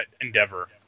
endeavor